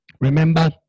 Remember